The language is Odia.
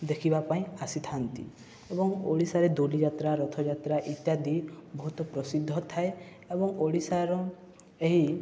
ଦେଖିବା ପାଇଁ ଆସିଥାନ୍ତି ଏବଂ ଓଡ଼ିଶାରେ ଦୋଳଯାତ୍ରା ରଥଯାତ୍ରା ଇତ୍ୟାଦି ବହୁତ ପ୍ରସିଦ୍ଧ ଥାଏ ଏବଂ ଓଡ଼ିଶାର ଏହି